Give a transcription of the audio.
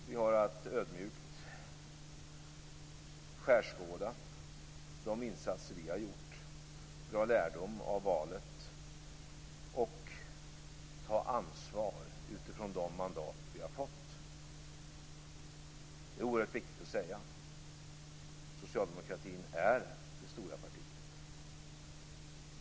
Vi har att ödmjukt skärskåda de insatser som vi gjort och att dra lärdom av valet och ta ansvar utifrån de mandat som vi fått. Det är oerhört viktigt att säga detta. Socialdemokraterna är det stora partiet.